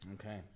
Okay